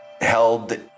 held